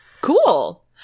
Cool